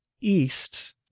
east